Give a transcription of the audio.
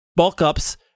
bulk-ups